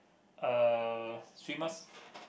uh swimmers